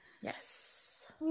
Yes